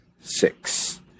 six